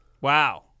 Wow